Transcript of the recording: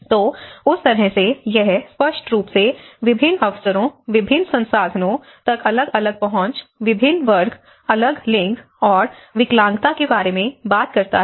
तो उस तरह से यह स्पष्ट रूप से विभिन्न अवसरों विभिन्न संसाधनों तक अलग अलग पहुंच विभिन्न वर्ग अलग लिंग और विकलांगता के बारे में बात करता है